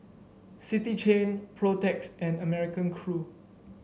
City Chain Protex and American Crew